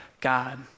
God